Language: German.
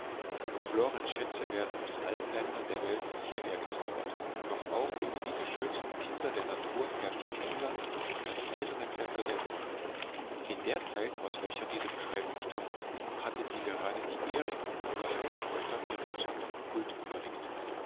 florens schätze werden aus allen ländern der welt hierher gezaubert doch auch über diese schönsten kinder der natur herrscht in england das eiserne zepter der mode in der zeit aus welcher diese beschreibung stammt hatte sie gerade die eriken oder heidekräuter ihrer besonderen huld gewürdigt